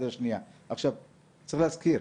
צריך להזכיר,